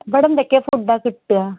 ഇവിടെന്തൊക്കെയാ ഫുഡാ കിട്ടുക